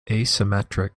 asymmetric